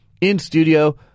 in-studio